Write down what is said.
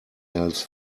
else